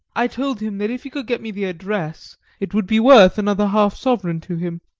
i told him that if he could get me the address it would be worth another half-sovereign to him.